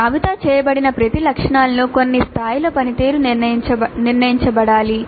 జాబితా చేయబడిన ప్రతి లక్షణాలకు కొన్ని స్థాయిల పనితీరు నిర్ణయించబడాలి